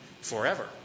forever